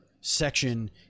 section